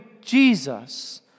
jesus